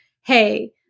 Hey